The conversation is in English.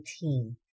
team